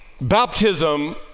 baptism